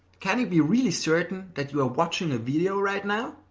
can you be really certain that you are watching a video right now?